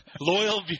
Loyal